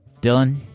Dylan